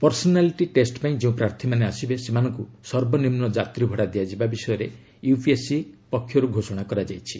personality test ପାଇଁ ଯେଉଁ ପ୍ରାର୍ଥୀମାନେ ଆସିବେ ସେମାନଙ୍କୁ ସର୍ବନିମୁ ଯାତ୍ରୀ ଭଡ଼ା ଦିଆଯିବା ବିଷୟରେ ୟୁପିଏସ୍ସି ପକ୍ଷରୁ ଘୋଷଣା କରାଯାଇଛି